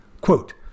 Quote